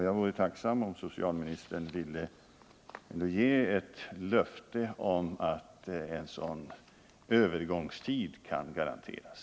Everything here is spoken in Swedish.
Jag vore tacksam om socialministern ville ge ett löfte om att en sådan övergångstid kan garanteras.